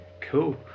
Cool